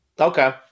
Okay